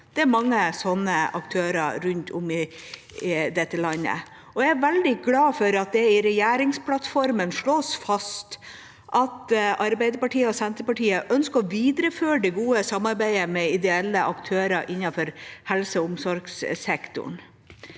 Det er mange sånne aktører rundt om i dette landet, og jeg er veldig glad for at det i regjeringsplattformen slås fast at Arbeiderpartiet og Senterpartiet ønsker å videreføre det gode samarbeidet med ideelle aktører innenfor helse- og omsorgssektoren.